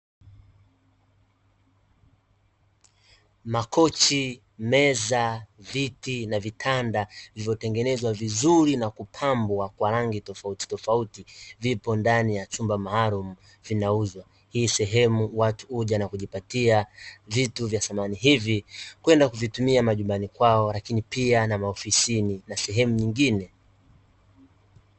Makochi, meza, viti, na vitanda vilivyotengenezwa vizuri na kupambwa kwa rangi tofauti tofauti vipo ndani ya chumba maalumu zinauzwa. Hii sehemu watu huja na kujipatia vitu vya samani hivi kwenda kuvitumia majumbani kwao lakini pia na maofisini na sehemu nyingine.